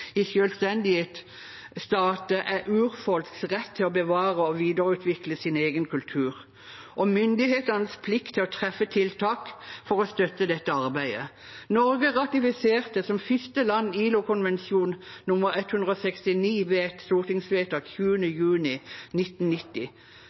er urfolks rett til å bevare og videreutvikle sin egen kultur og myndighetenes plikt til å treffe tiltak for å støtte dette arbeidet. Norge ratifiserte som første land ILO-konvensjon nr. 169 ved et stortingsvedtak